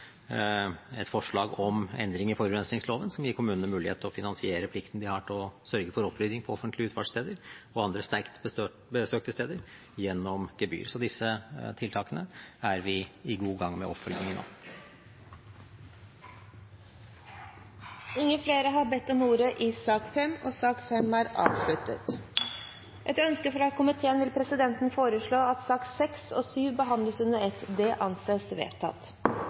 et forslag om endring i forurensningsloven, som gir kommunene mulighet til å finansiere plikten de har til å sørge for opprydding på offentlige utfartssteder og andre sterkt besøkte steder, gjennom gebyr. Så disse tiltakene er vi godt i gang med oppfølgingen av. Flere har ikke bedt om ordet til sak nr. 5. Etter ønske fra energi- og miljøkomiteen vil presidenten foreslå at sakene nr. 6 og 7 behandles under ett. – Det anses vedtatt.